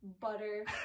butter